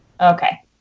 Okay